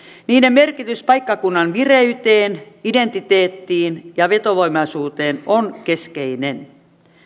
niiden merkitys paikkakunnan vireyteen identiteettiin ja vetovoimaisuuteen on keskeinen